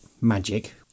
magic